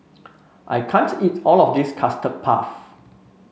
I can't eat all of this Custard Puff